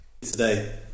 today